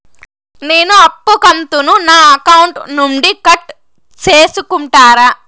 నేను అప్పు కంతును నా అకౌంట్ నుండి కట్ సేసుకుంటారా?